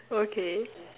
okay